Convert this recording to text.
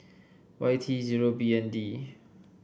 Y T zero B N D